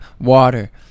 water